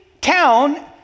town